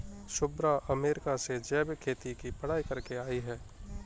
Shubhra America से जैविक खेती की पढ़ाई करके आई है